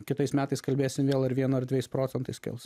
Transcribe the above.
kitais metais kalbėsim vėl ar vienu ar dvejais procentais kils